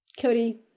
Cody